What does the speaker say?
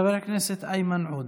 חבר הכנסת איימן עודה.